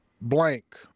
blank